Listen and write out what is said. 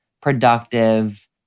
productive